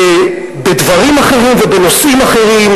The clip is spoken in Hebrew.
ובדברים אחרים ובנושאים אחרים,